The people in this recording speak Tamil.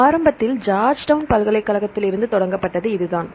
ஆரம்பத்தில் ஜார்ஜ்டவுன் பல்கலைக்கழகத்திலிருந்து தொடங்கப்பட்டது இதுதான்